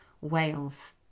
Wales